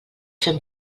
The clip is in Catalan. fem